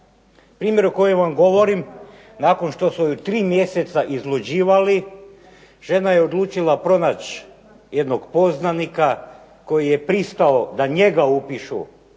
Primjer o kojem vam govorim, nakon što su ju 3 mjeseca izluđivali, žena je odlučila pronaći jednog poznanika koji je pristao da njega upišu